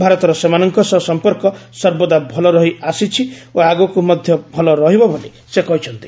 ଭାରତର ସେମାନଙ୍କ ସହ ସମ୍ପର୍କ ସର୍ବଦା ଭଲ ରହି ଆସିଛି ଓ ଆଗକୁ ମଧ୍ୟ ଭଲ ରହିବ ବୋଲି ସେ କହିଚ୍ଛନ୍ତି